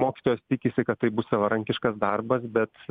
mokytojas tikisi kad tai bus savarankiškas darbas bet